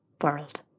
world